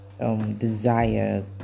Desire